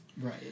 Right